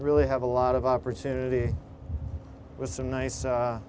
really have a lot of opportunity with some nice